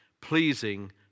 pleasing